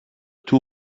two